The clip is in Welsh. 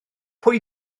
pwy